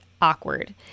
awkward